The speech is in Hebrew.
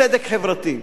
צדק חברתי.